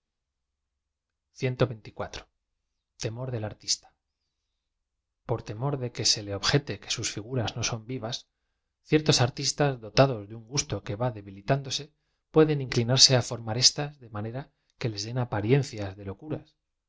del artista p o r temor de que se le objete que sus figuras no son vivas ciertos artistas dotados de un gusto que v a de bilitándose pueden i n diñarse á formar éstas de ma nera que les den aparíeocias de locuras